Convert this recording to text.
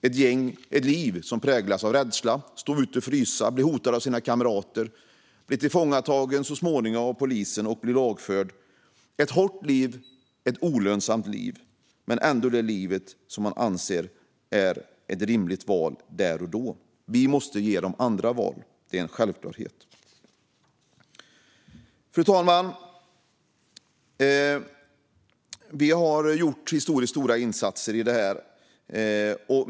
Det är ett liv som präglas av rädsla - stå ute och frysa, bli hotad av sina kamrater, så småningom bli tillfångatagen av polisen och bli lagförd. Det är ett hårt liv och ett olönsamt liv, men det är ändå det liv som man anser är ett rimligt val där och då. Vi måste ge dem andra val. Det är en självklarhet. Fru talman! Vi har gjort historiskt stora insatser här.